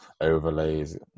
overlays